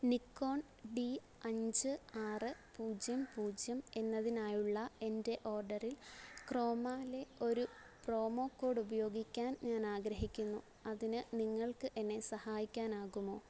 Nikon D അഞ്ച് ആറ് പൂജ്യം പൂജ്യം എന്നതിനായുള്ള എൻ്റെ ഓഡറിൽ ക്രോമയിലെ ഒരു പ്രൊമോ കോഡ് ഉപയോഗിക്കാൻ ഞാൻ ആഗ്രഹിക്കുന്നു അതിന് നിങ്ങൾക്ക് എന്നെ സഹായിക്കാനാകുമോ